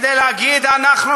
כדי להגיד, נכון.